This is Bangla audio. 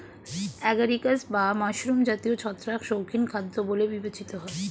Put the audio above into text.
অ্যাগারিকাস বা মাশরুম জাতীয় ছত্রাক শৌখিন খাদ্য বলে বিবেচিত হয়